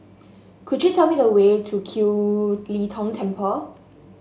could you tell me the way to Kiew Lee Tong Temple